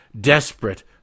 desperate